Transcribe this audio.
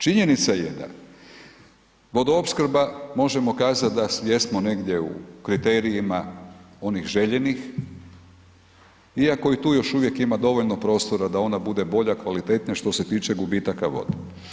Činjenica je da vodoopskrba, možemo kazati da jesmo negdje u kriterijima onih željenih iako i tu još uvijek ima dovoljno prostora, da ona bude bolja, kvalitetnija što se tiče gubitaka vode.